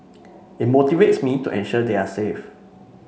it motivates me to ensure they are safe